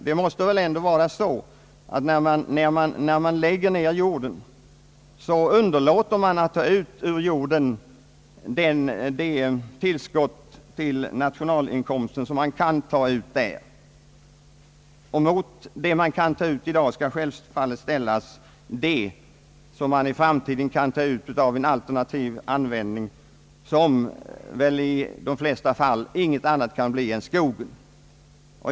Det måste väl ändå vara så att när man lägger ner jorden, underlåter man att ta ut ur jorden det tillskott till nationalinkomsten som man kan ta ut där. Mot det man kan ta ut i dag skall självfallet ställas vad man i framtiden kan ta ut av en alternativ användning, som väl i de flesta fall inget annat kan bli än skog.